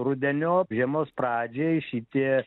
rudeniop žiemos pradžioj šitie